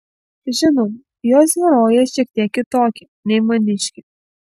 žinoma jos herojė šiek tiek kitokia nei maniškė